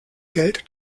geld